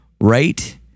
right